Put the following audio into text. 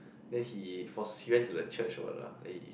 then he force he went to the church or what lah then he